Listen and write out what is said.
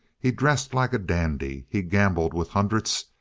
he dressed like a dandy. he'd gamble with hundreds,